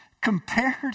Compared